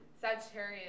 Sagittarius